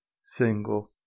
single